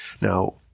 Now